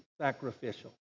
sacrificial